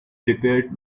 prepared